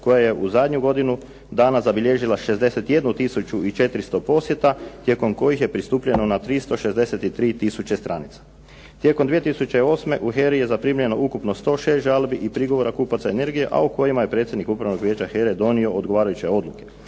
koja je u zadnju godinu dana zabilježila 61 tisuću i 400 posjeta tijekom kojim je pristupljeno na 363 tisuće stranica. Tijekom 2008. u HERA-i je zaprimljeno ukupno 106 žalbi i prigovora kupaca energije a u kojima je predsjednik Upravnog vijeća HERA-e donio odgovarajuće odluke.